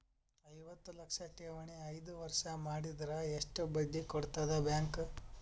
ಐವತ್ತು ಲಕ್ಷ ಠೇವಣಿ ಐದು ವರ್ಷ ಮಾಡಿದರ ಎಷ್ಟ ಬಡ್ಡಿ ಕೊಡತದ ಬ್ಯಾಂಕ್?